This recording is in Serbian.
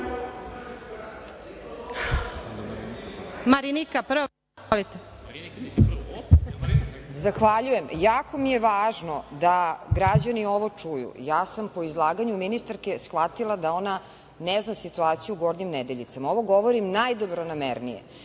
Zahvaljujem. Jako je mi je važno da građani ovo čuju, ja sam po izlaganju ministarke shvatila da ona ne zna situaciju u Gornjim Nedeljicama. Ovog govorim najdobronamernije. Malo